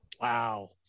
wow